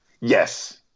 Yes